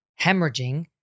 hemorrhaging